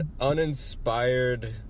Uninspired